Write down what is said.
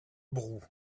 brou